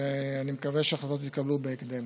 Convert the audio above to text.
ואני מקווה שההחלטות יתקבלו בהקדם.